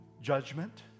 judgment